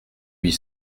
huit